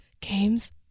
Games